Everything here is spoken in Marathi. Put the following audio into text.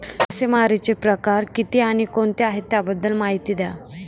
मासेमारी चे प्रकार किती आणि कोणते आहे त्याबद्दल महिती द्या?